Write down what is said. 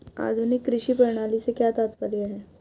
आधुनिक कृषि प्रणाली से क्या तात्पर्य है?